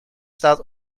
staat